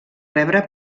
rebre